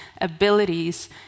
abilities